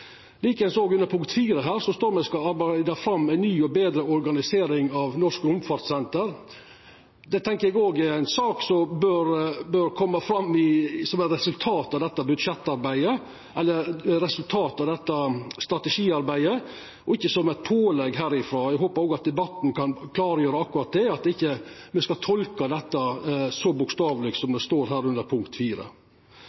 Like eins under punkt 4: Her står det at me skal «Arbeide frem en ny og bedre organisering av Norsk Romsenter». Det tenkjer eg òg er ei sak som bør koma fram som eit resultat av dette strategiarbeidet, og ikkje som eit pålegg herifrå. Eg håpar òg at debatten kan klargjera akkurat det, at me ikkje skal tolka dette så bokstaveleg som